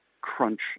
crunch